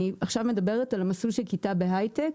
עכשיו אני מדברת על המסלול של כיתה בהייטק,